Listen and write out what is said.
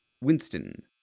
Winston